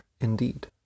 indeed